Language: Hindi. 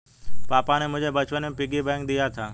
पापा ने मुझे बचपन में पिग्गी बैंक दिया था